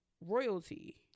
Royalty